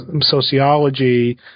sociology